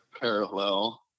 parallel